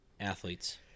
athletes